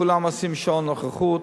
כולם מחתימים שעון נוכחות,